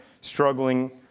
struggling